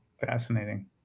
Fascinating